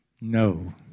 No